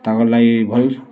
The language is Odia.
ତାକର୍ ଲାଗି ଭଲ୍